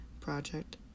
project